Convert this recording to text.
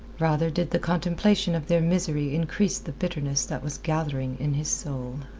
rather did the contemplation of their misery increase the bitterness that was gathering in his soul.